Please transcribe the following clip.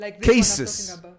cases